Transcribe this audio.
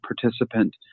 participant